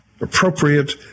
appropriate